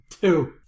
Two